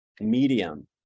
medium